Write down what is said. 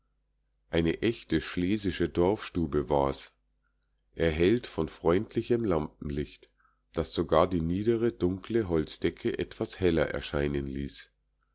eine echte schlesische dorfstube war's erhellt von freundlichem lampenlicht das sogar die niedere dunkle holzdecke etwas heller erscheinen ließ